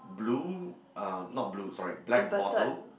blue uh not blue sorry black bottle